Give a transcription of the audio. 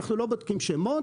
אנחנו לא בודקים שמות.